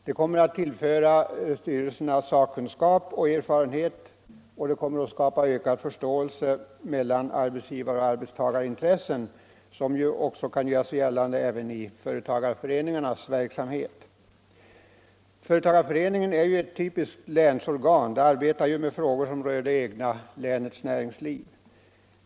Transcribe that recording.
Det kommer att tillföra styrelserna sakkunskap och erfarenheter, och det kommer att skapa ökad förståelse mellan arbetsgivaroch arbetstagarintressen, något som ju också kan göra sig gällande i företagarföreningarnas verksamhet. Företagarföreningen är ju ett typiskt länsorgan — den arbetar med frågor som rör det egna länets näringsliv.